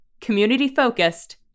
Community-focused